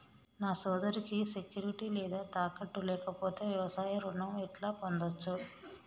నా సోదరికి సెక్యూరిటీ లేదా తాకట్టు లేకపోతే వ్యవసాయ రుణం ఎట్లా పొందచ్చు?